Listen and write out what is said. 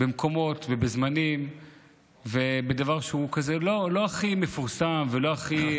במקומות ובזמנים ובדבר שהוא כזה לא הכי מפורסם ולא הכי,